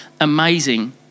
amazing